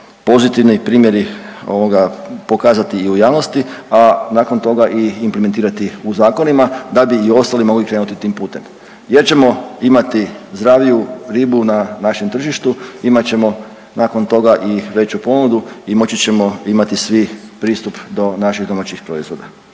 pozitivni primjeri ovoga pokazati i u javnosti, a nakon toga i implementirat u zakonima da bi i ostali mogli krenuti tim putem jer ćemo imati zdraviju ribu na našem tržištu, imat ćemo nakon toga i veću ponudu i moći ćemo imati svi pristup do naših domaćih proizvoda.